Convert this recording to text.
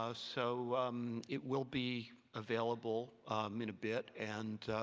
ah so it will be available in a bit, and